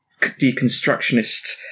deconstructionist